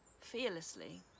fearlessly